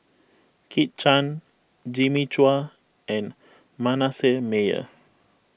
Kit Chan Jimmy Chua and Manasseh Meyer